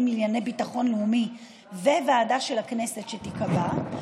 לענייני ביטחון לאומי וועדה של הכנסת שתיקבע,